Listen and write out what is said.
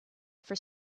for